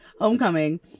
Homecoming